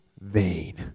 vain